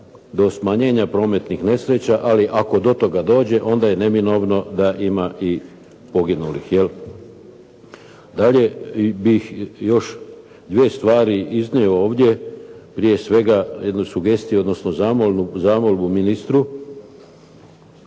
do smanjenja prometnih nesreća, ali ako do toga dođe, onda je neminovno da ima i poginulih, je li. Dalje bih još dvije stvari iznio ovdje, prije svega jednu sugestiju, odnosno zamolbu ministru.